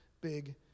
big